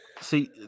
see